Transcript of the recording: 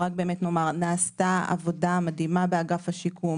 נעשתה עבודה מדהימה באגף השיקום.